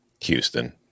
Houston